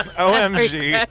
and o m g yeah